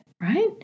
right